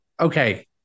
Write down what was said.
okay